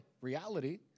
reality